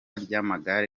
ry’amagare